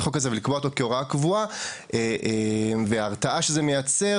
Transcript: החוק הזה ולקבוע אותו כהוראת קבועה וההרתעה שזה מייצר,